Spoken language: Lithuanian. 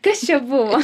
kas čia buvo